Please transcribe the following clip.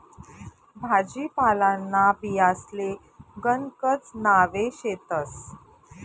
भाजीपालांना बियांसले गणकच नावे शेतस